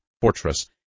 fortress